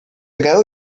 ago